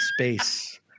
space